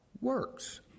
works